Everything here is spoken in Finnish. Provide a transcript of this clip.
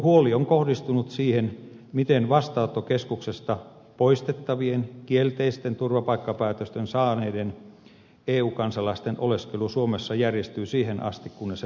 huoli on kohdistunut siihen miten vastaanottokeskuksesta poistettavien kielteiset turvapaikkapäätökset saaneiden eu kansalaisten oleskelu suomessa järjestyy siihen asti kunnes he poistuvat maasta